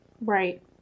Right